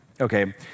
Okay